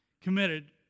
committed